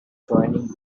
joining